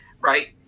right